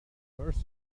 immerse